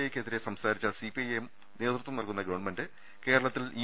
എക്കെ തിരെ സംസാരിച്ച സിപിഐഎം നേതൃത്വം നൽകുന്ന ഗവൺമെന്റ് കേരളത്തിൽ യു